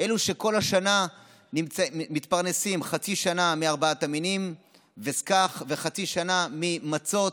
אלו שכל השנה מתפרנסים חצי שנה מארבעת המינים וסכך וחצי שנה ממצות.